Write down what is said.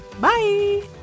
Bye